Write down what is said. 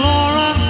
Laura